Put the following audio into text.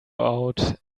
out